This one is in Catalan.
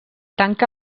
tanca